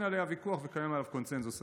עליה ויכוח ויש עליה קונסנזוס רפואי.